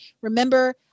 Remember